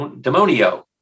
Demonio